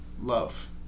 love